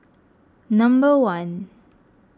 number one